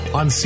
on